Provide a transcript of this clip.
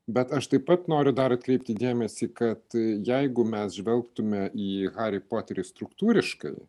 bet aš taip pat noriu dar atkreipti dėmesį kad jeigu mes žvelgtume į harį poterį struktūriškai